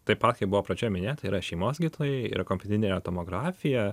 taip pat kaip buvo pradžioj minėta yra šeimos gydytojai yra kompiuterinė tomografija